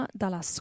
dalla